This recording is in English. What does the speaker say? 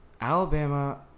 Alabama